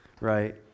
right